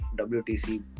WTC